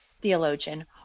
theologian